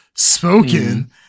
spoken